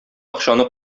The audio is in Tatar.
акчаны